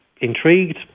intrigued